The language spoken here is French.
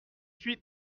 suis